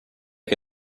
che